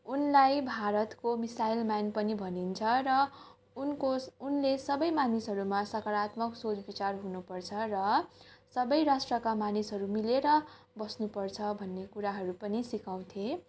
उनलाई भारतको missile man पनि भनिन्छ र उनको उनले सबै मानिसहरूमा सकारात्मक सोच विचार हुनुपर्छ र सबै राष्ट्रका मानिसहरू मिलेर बस्नुपर्छ भन्ने कुराहरू पनि सिकाउँथे